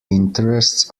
interests